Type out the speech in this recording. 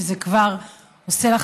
שזה כבר עושה לך